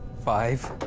five.